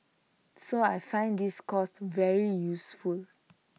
so I find this course very useful